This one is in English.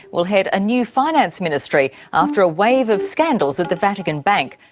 will head a new finance ministry after a wave of scandals at the vatican bank.